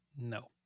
No